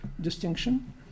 distinction